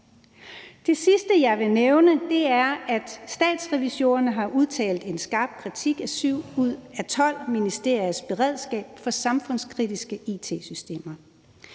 Det sidste, jeg vil nævne, er, at Statsrevisorerne har udtalt en skarp kritik af 7 ud af 12 ministeriers beredskab for samfundskritiske it-systemer.